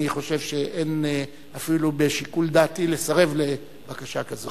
אני חושב שאין אפילו בשיקול דעתי לסרב לבקשה כזאת.